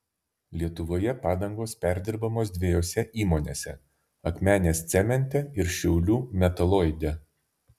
lietuvoje padangos perdirbamos dviejose įmonėse akmenės cemente ir šiaulių metaloide